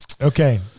Okay